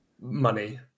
money